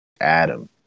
Adam